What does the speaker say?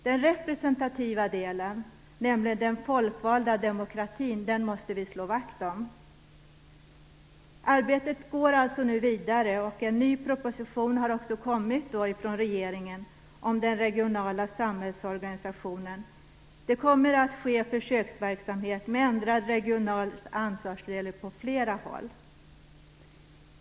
Den representativa delen, nämligen den folkvalda demokratin, måste vi slå vakt om. Arbetet går nu alltså vidare. En ny proposition har kommit från regeringen om den regionala samhällsorganisationen. Det kommer att ske försöksverksamhet med ändrad regional ansvarsfördelning på flera håll.